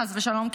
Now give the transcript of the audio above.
חס ושלום,